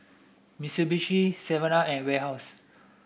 Mitsubishi Seven Up and Warehouse